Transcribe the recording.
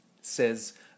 says